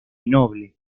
noble